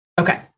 Okay